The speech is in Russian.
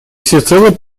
всецело